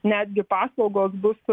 netgi paslaugos bus